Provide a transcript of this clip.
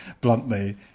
bluntly